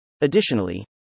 Additionally